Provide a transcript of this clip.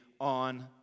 on